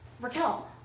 Raquel